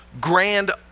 grand